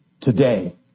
today